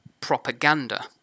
propaganda